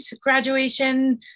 graduation